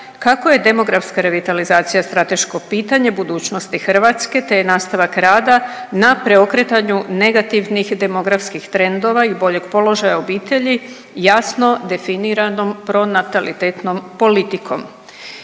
kako je demografska revitalizacija strateško pitanje budućnosti Hrvatske te je nastavak rada na preokretanju negativnih demografskih trendova i boljeg položaja obitelji jasno definiranom pronatalitetnom politikom.